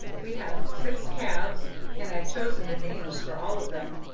we have six calves and i've chosen the names for all of them.